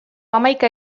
hamaika